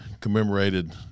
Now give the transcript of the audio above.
commemorated